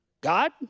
God